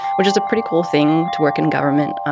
which is a pretty cool thing to work in government.